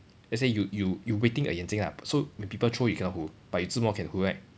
let's say you you you waiting a 眼睛 ah so when people throw you cannot 糊 but you 自摸 can 糊 right